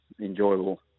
enjoyable